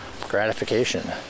gratification